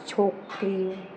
छोकिरी